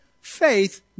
Faith